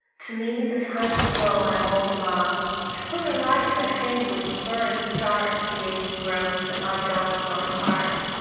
to me the time is slow my mould among to quicker life i fain would spur and start the aching growth at my dull-swelling heart.